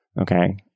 Okay